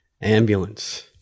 Ambulance